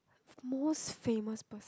most famous person